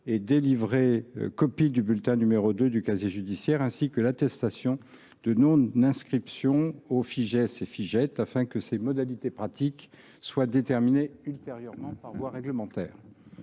et délivrer copie du bulletin n° 2 du casier judiciaire ainsi que l’attestation de non inscription au Fijais et au Fijait, afin que les modalités pratiques soient déterminées ultérieurement par voie réglementaire.